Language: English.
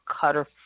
cutter